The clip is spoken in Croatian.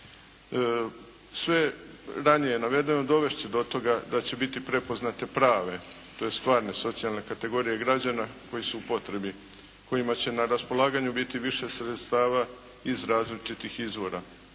Sve ranije navedeno dovest će do toga da će biti prepoznate prave tj. stvarne socijalne kategorije građana koji su u potrebi, kojima će na raspolaganju biti više sredstava iz različitih izvora.